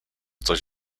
coś